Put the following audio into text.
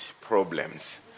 problems